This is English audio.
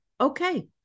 Okay